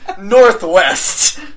Northwest